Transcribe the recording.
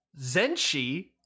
Zenshi